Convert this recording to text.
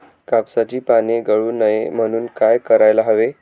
कापसाची पाने गळू नये म्हणून काय करायला हवे?